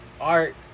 Art